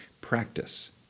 practice